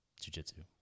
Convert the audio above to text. jujitsu